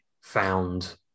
found